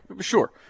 sure